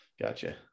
gotcha